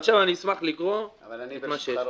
ועכשיו אשמח לקרוא את מה שהכנתי.